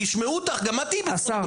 ישמעו אותך, גם את תהיי בזכות דיבור.